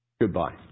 goodbye